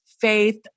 faith